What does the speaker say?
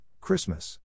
Christmas